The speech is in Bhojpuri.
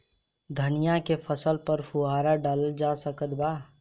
धनिया के फसल पर फुहारा डाला जा सकत बा?